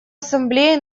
ассамблея